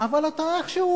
אבל אתה איכשהו,